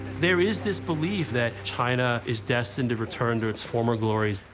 there is this belief that china is destined to return to its former glories,